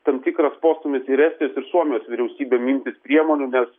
tam tikras postūmis ir estijos ir suomijos vyriausybėm imtis priemonių nes